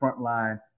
frontline